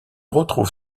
retrouve